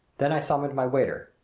then i summoned my waiter.